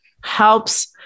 helps